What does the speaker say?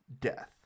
death